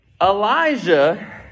Elijah